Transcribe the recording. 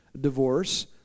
divorce